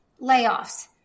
layoffs